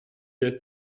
del